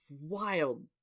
wild